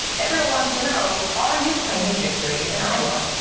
everyone wants to know are you claiming victory in iowa.